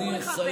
לא ברור לך?